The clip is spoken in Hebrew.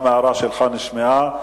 גם ההערה שלך נשמעה.